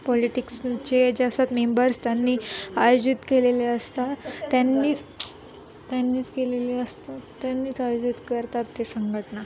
पॉलिटिक्सचे जे असतात मेंबर्स त्यांनी आयोजित केलेले असतात त्यांनीच त्यांनीच केलेले असतात त्यांनीच आयोजित करतात ते संघटना